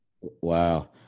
Wow